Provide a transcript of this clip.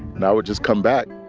now would just come back